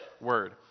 word